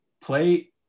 play